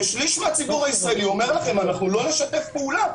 שליש מהציבור הישראלי אומר לכם: לא נשתף פעולה,